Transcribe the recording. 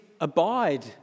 abide